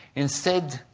instead,